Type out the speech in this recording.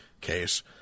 case